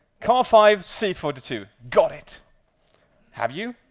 car five seat forty two. got it have you?